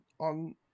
on